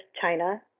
China